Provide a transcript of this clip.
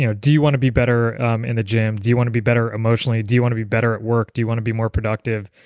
you know do you want to be better in the gym? do you want to be better emotionally? do you want to be better at work? do you want to be more productive?